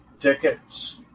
tickets